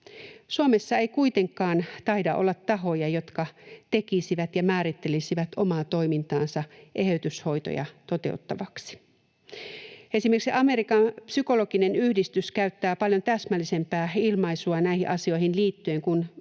Suomessa ei kuitenkaan taida olla tahoja, jotka tekisivät ja määrittelisivät omaa toimintaansa eheytyshoitoja toteuttavaksi. Esimerkiksi Amerikan psykologinen yhdistys käyttää paljon täsmällisempää ilmaisua näihin asioihin liittyen, kun siellä